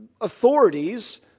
authorities